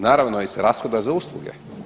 Naravno iz rashoda za usluge.